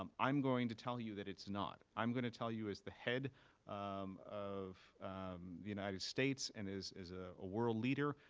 um i'm going to tell you that it's not. i'm going to tell you as the head of the united states, and as a ah ah world leader,